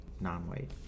non-white